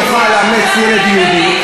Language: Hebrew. משפחה ערבית, זוג ערבי יוכל לאמץ ילד יהודי,